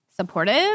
supportive